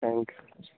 thank you